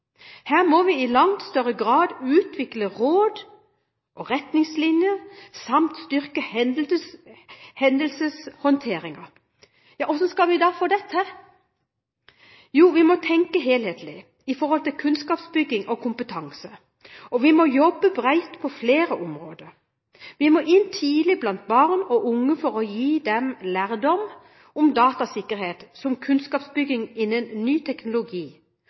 Her må vi i langt større grad utvikle råd og retningslinjer samt styrke hendelseshåndteringen. Ja, hvordan skal vi få til det? Jo, vi må tenke helhetlig når det gjelder kunnskapsbygging og kompetanse, og vi må jobbe bredt på flere områder. Vi må tidlig inn blant barn og unge for å gi dem lærdom om datasikkerhet som kunnskapsbygging innen ny teknologi,